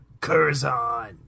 Curzon